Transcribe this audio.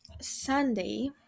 Sunday